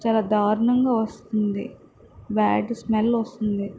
చాలా దారుణంగా వస్తుంది బ్యాడ్ స్మెల్ వస్తుంది